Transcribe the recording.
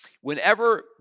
Whenever